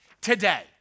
today